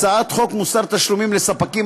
הצעת חוק מוסר תשלומים לספקים,